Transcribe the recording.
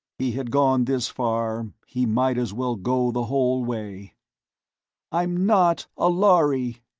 he had gone this far, he might as well go the whole way i'm not a lhari!